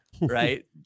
right